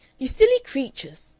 you silly creatures!